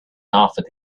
offered